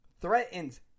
threatens